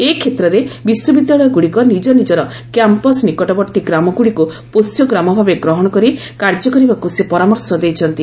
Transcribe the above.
ଏ କ୍ଷେତ୍ରରେ ବିଶ୍ୱବିଦ୍ୟାଳୟଗୁଡ଼ିକ ନିଜ ନିଜର କ୍ୟାମ୍ପସ୍ ନିକଟବର୍ତ୍ତୀ ଗ୍ରାମଗୁଡ଼ିକୁ ପୋଷ୍ୟଗ୍ରାମ ଭାବେ ଗ୍ରହଣ କରି କାର୍ଯ୍ୟ କରିବାକୁ ସେ ପରାମର୍ଶ ଦେଇଛନ୍ତି